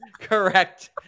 correct